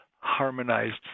harmonized